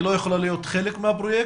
היא לא יכולה להיות חלק מהפרויקט.